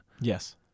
Yes